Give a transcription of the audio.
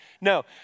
No